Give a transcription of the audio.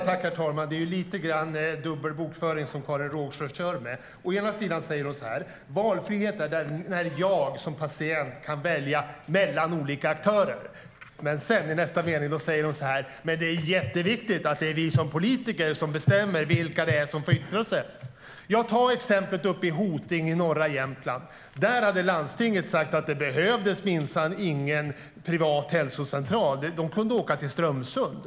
Herr talman! Det är lite grann dubbel bokföring Karin Rågsjö kör med. Först säger hon att valfrihet är när hon som patient kan välja mellan olika aktörer, och i nästa mening säger hon att det är jätteviktigt att det är vi politiker som bestämmer vilka det är som får yttra sig. Ta exemplet uppe i Hoting i norra Jämtland. Där hade landstinget sagt att det minsann inte behövdes någon privat hälsocentral; de kunde åka till Strömsund.